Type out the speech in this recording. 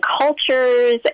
cultures